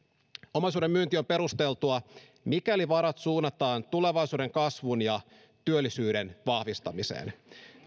omaisuuden myynti on perusteltua mikäli varat suunnataan tulevaisuuden kasvun ja työllisyyden vahvistamiseen